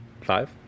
Five